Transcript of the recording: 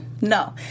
no